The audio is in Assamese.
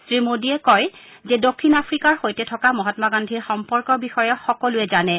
শ্ৰীমোদীয়ে কয় যে দক্ষিণ আফ্ৰিকাৰ সৈতে থকা মহামা গান্ধীৰ সম্পৰ্কৰ বিষয়ে সকলোৱে জানে